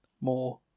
more